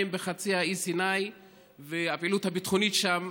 בחצי האי סיני והפעילות הביטחונית שם,